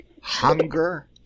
hunger